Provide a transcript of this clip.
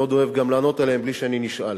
מאוד אוהב גם לענות עליהן בלי שאני נשאל.